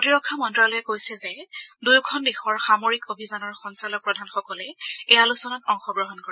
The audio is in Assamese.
প্ৰতিৰক্ষা মন্ত্যালয়ে কৈছে যে দুয়োখন দেশৰ সামৰিক অভিযানৰ সঞ্চালক প্ৰধানসকলে এই আলোচনাত অংশগ্ৰহণ কৰে